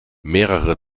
mehrere